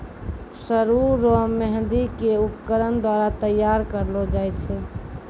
सरु रो मेंहदी के उपकरण द्वारा तैयार करलो जाय छै